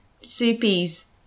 soupies